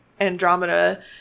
Andromeda